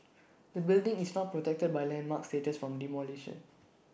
the building is not protected by landmark status from demolition